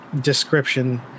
description